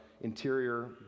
interior